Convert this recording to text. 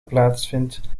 plaatsvindt